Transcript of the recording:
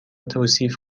توصیف